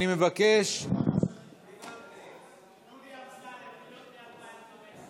אפילו השעון לא נענה לך.